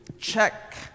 check